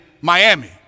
Miami